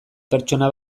pertsona